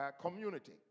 community